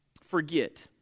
forget